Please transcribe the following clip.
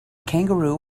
kangaroo